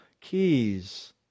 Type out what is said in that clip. keys